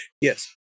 yes